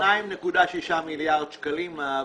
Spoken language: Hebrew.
52 מיליון שקלים.